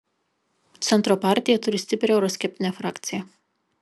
centro partija turi stiprią euroskeptinę frakciją